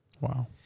Wow